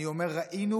אני אומר "ראינו",